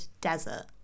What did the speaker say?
desert